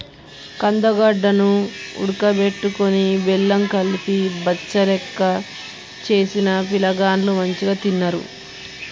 కందగడ్డ ను ఉడుకబెట్టుకొని బెల్లం కలిపి బచ్చలెక్క చేసిన పిలగాండ్లు మంచిగ తిన్నరు